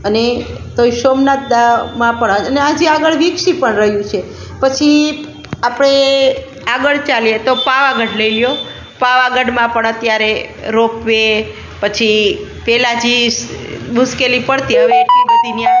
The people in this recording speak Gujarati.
અને તોય સોમનાથ માં પણ અને હજી આગળ વિકસી પણ રહ્યું છે પછી આપણે આગળ ચાલીએ તો પાવાગઢ લઈ લો પાવાગઢમાં પણ અત્યારે રોપવે પછી પહેલાં જે મુશ્કેલી પડતી હવે એટલી બધી